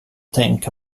tänka